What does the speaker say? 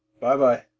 Bye-bye